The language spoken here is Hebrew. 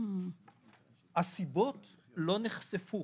הסיבות לא נחשפו